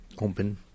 open